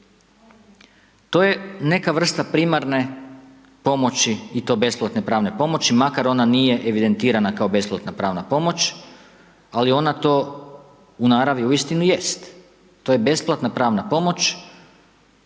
To je neka vrsta primarne pomoći i to besplatne pravne pomoći makar ona nije evidentirana kao besplatna pravna pomoć, ali ona to u naravi uistinu jest, to je besplatna pravna pomoć